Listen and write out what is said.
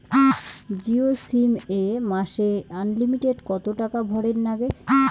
Jio sim এ মাসে unlimited কত টাকা ভরের নাগে?